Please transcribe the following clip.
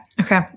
Okay